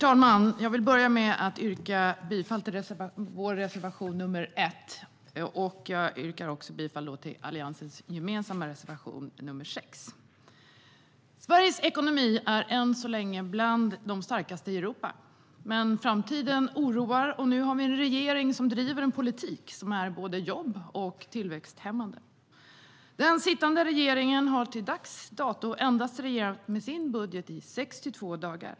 Herr talman! Jag yrkar bifall till vår reservation nr 1. Jag yrkar också bifall till Alliansens gemensamma reservation nr 6.Den sittande regeringen har till dags dato endast regerat med sin budget i 62 dagar.